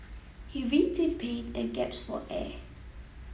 he writhed in pain and gasped for air